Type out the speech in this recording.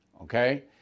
okay